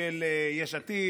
של יש עתיד,